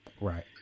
Right